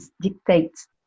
dictates